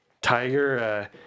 Tiger